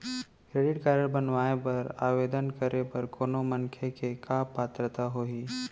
Credit card बनवाए बर आवेदन करे बर कोनो मनखे के का पात्रता होही?